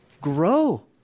grow